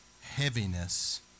heaviness